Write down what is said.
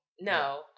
No